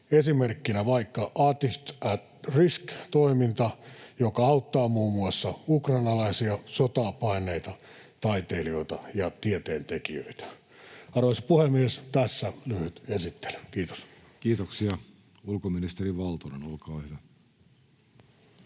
esimerkkinä vaikka Artists at Risk ‑toiminta, joka auttaa muun muassa ukrainalaisia sotaa paenneita taiteilijoita ja tieteentekijöitä. Arvoisa puhemies, tässä lyhyt esittely. — Kiitos. [Speech 175] Speaker: Jussi Halla-aho